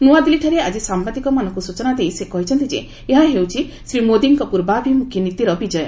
ନୂଆଦିଲ୍ଲୀଠାରେ ଆକି ସାମ୍ବାଦିକମାନଙ୍କୁ ସୂଚନା ଦେଇ ସେ କହିଛନ୍ତି ଯେ ଏହା ହେଉଛି ଶ୍ରୀ ମୋଦିଙ୍କ ପୂର୍ବାଭିମୁଖୀ ନୀତିର ବିଜୟ